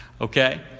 Okay